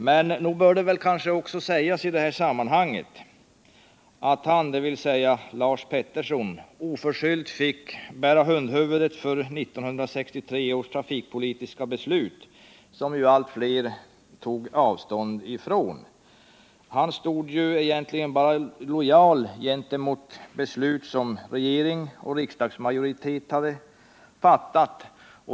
I detta sammanhang bör det kanske också sägas att han, dvs. Lars Peterson, oförskyllt fick bära hundhuvudet för 1963 års trafikpolitiska beslut, som allt fler har tagit avstånd ifrån. Han var egentligen bara lojal gentemot beslut som regering och riksdagsmajoriteten hade fattat.